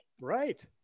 Right